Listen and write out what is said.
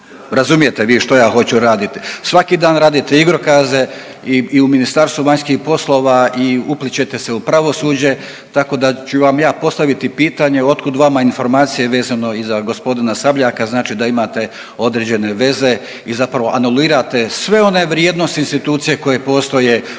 razumijete vi što ja hoću raditi, svaki dan radite igrokaze i u Ministarstvu vanjskih poslova i uplićete se u pravosuđe, tako da ću vam ja postaviti pitanje otkud vama informacije vezane i za g. Sabljaka, znači da imate određene veze i zapravo anulirate sve one vrijednosti i institucije koje postoje u